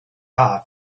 far